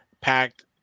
packed